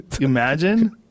Imagine